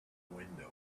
window